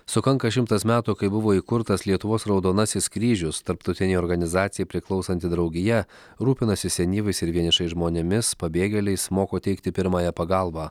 sukanka šimtas metų kai buvo įkurtas lietuvos raudonasis kryžius tarptautinei organizacijai priklausanti draugija rūpinasi senyvais ir vienišais žmonėmis pabėgėliais moko teikti pirmąją pagalbą